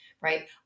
right